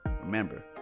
Remember